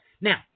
Now